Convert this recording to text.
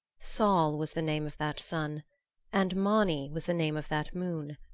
sol was the name of that sun and mani was the name of that moon.